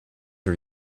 are